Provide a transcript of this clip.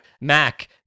Mac